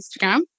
Instagram